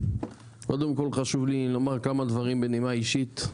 קודם כל חשוב לי לומר כמה דברים בנימה אישית.